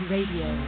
Radio